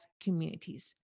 communities